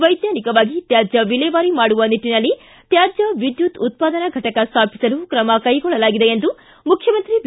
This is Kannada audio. ವೈಜ್ವಾನಿಕವಾಗಿ ತ್ಕಾಜ್ಯ ವಿಲೇವಾರಿ ಮಾಡುವ ನಿಟ್ಟನಲ್ಲಿ ತ್ಕಾಜ್ಯ ವಿದ್ಯುತ್ ಉತ್ಪಾದನಾ ಫಟಕ ಸ್ಥಾಪಿಸಲು ಕ್ರಮ ಕೈಗೊಳ್ಳಲಾಗಿದೆ ಎಂದು ಮುಖ್ಯಮಂತ್ರಿ ಬಿ